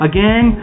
Again